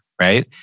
right